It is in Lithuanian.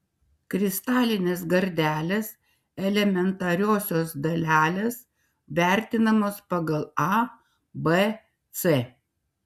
kristalinės gardelės elementariosios dalelės vertinamos pagal a b c